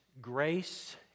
grace